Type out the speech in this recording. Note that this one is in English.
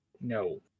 No